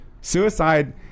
Suicide